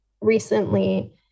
recently